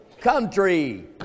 country